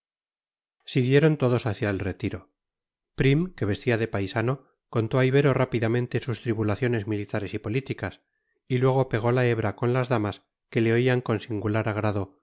siguieron todos hacia el retiro prim que vestía de paisano contó a ibero rápidamente sus tribulaciones militares y políticas y luego pegó la hebra con las damas que le oían con singular agrado